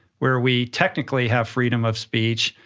where we technically have freedom of speech,